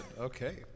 Okay